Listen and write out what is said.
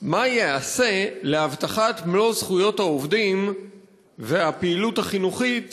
מה ייעשה להבטחת מלוא זכויות העובדים והפעילות החינוכית